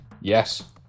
Yes